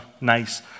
nice